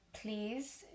please